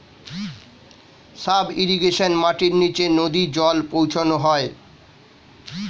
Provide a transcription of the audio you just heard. sub irrigation মাটির নিচে নদী জল পৌঁছানো হয়